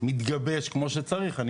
מתגבש כמו שצריך, לכאורה.